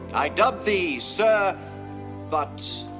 i dub thee sir but,